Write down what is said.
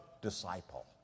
disciple